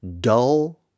Dull